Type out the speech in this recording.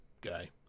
guy